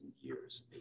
years